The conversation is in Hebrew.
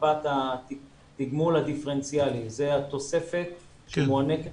מפת התגמול הדיפרנציאלי, זה התוספת שמוענקת